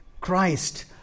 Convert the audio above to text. Christ